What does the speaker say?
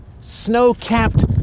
snow-capped